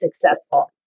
successful